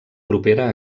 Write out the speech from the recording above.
propera